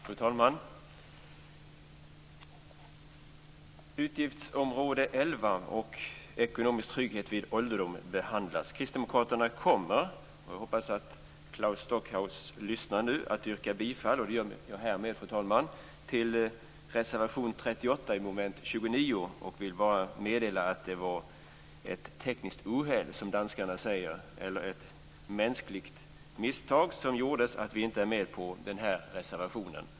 Fru talman! Utgiftsområde 11 omfattar ekonomisk trygghet vid ålderdom. Jag hoppas att Claes Stockhaus lyssnar nu. Jag yrkar å kristdemokraternas vägnar bifall till reservation 38 under mom. 29. Jag vill meddela att det var et teknisk uheld, som danskarna säger, dvs. ett mänskligt misstag, som gjorde att vi inte kom att stå med på den här reservationen.